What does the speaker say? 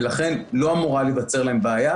ולכן לא אמורה להיווצר להם בעיה,